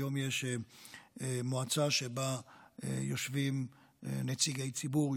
היום יש שם מועצה שבה יושבים נציגי ציבור,